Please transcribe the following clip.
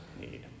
need